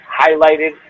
highlighted